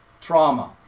trauma